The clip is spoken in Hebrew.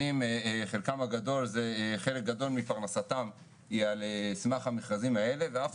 חלק גדול מפרנסתם של הקבלנים זה על סמך המכרזים האלה ואף